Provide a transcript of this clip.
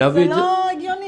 זה לא הגיוני.